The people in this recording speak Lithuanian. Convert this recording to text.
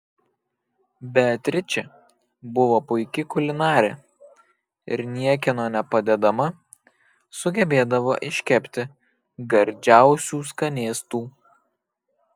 beatričė buvo puiki kulinarė ir niekieno nepadedama sugebėdavo iškepti gardžiausių skanėstų